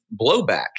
blowback